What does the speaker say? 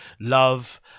love